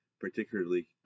particularly